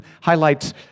highlights